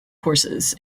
courses